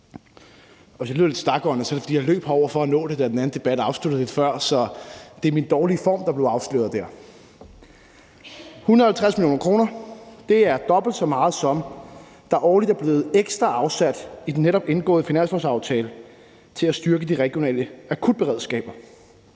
år. Hvis jeg lyder lidt stakåndet, er det, fordi jeg løb herover for at nå det, da den anden debat blev afsluttet lidt før, så det er min dårlige form, der blev afsløret der. 150 mio. kr. er dobbelt så meget, som der årligt er blevet ekstra afsat i den netop indgåede finanslovsaftale til at styrke de regionale akutberedskaber